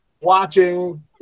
watching